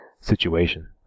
situation